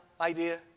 idea